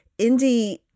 indie